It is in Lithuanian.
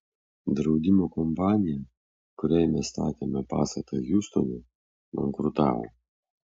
draudimo kompanija kuriai mes statėme pastatą hjustone bankrutavo